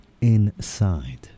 inside